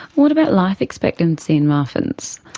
what about life expectancy in marfan's?